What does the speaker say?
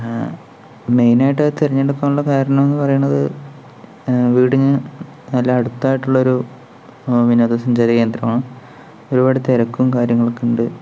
മെയ്നായിട്ട് അത് തെരഞ്ഞെടുക്കാനുള്ള കാരണം എന്ന് പറയണത് വീടിന് നല്ല അടുത്തായിട്ടുള്ളൊരു വിനോദസഞ്ചാരകേന്ദ്രമാണ് ഒരുപാട് തിരക്കും കാര്യങ്ങളൊക്കെയുണ്ട്